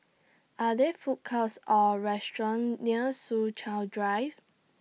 Are There Food Courts Or restaurants near Soo Chow Drive